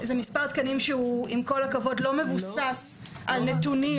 זה מספר תקנים שעם כל הכבוד לא מבוסס על נתונים